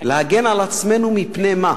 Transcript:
להגן על עצמנו מפני מה?